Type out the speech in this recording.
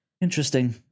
Interesting